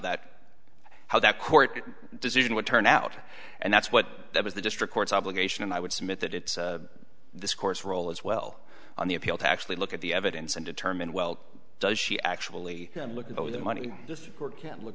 that how that court decision would turn out and that's what that was the district court's obligation and i would submit that it's this course role as well on the appeal to actually look at the evidence and determine well does she actually looking over the money just court can't look